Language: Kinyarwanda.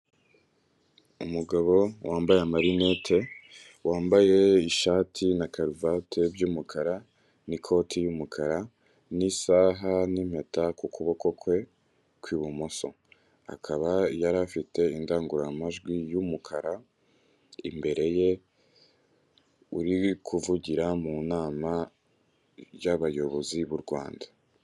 Umugabo wambaye marinete wambaye ishati na karuvati byuumukara n'ikoti'umukara nsaha ni'mpeta ku kuboko kwe kw'ibumoso akaba yari afite indangururamajwi y'umukara imbere ye uri kuvugira mu nama iby'abayobozi b'u Rwanda.